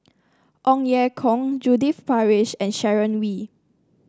Ong Ye Kung Judith Prakash and Sharon Wee